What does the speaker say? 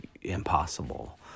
impossible